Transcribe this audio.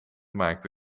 maakte